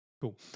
Cool